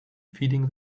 feeding